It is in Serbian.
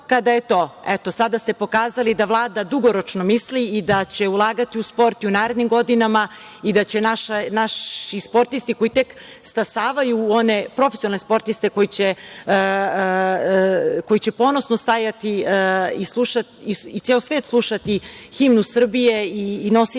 kada je to. Sada ste pokazali da Vlada dugoročno misli i da će ulagati u sport i u narednim godinama i da će naši sportisti koji tek stasavaju u one profesionalne sportiste koji će ponosno stajati i ceo svet slušati himnu Srbije i nositi